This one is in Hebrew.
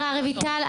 להלן תרגומם: רויטל,